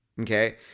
okay